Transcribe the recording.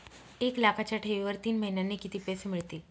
एक लाखाच्या ठेवीवर तीन महिन्यांनी किती पैसे मिळतील?